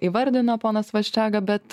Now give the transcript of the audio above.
įvardino ponas vaščega bet